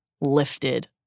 lifted